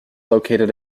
located